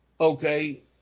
okay